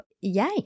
yay